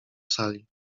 sali